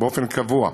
באופן קבוע.